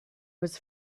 was